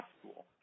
school